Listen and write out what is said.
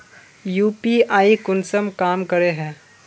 UPI कुंसम काम करे है?